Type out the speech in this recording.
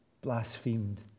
blasphemed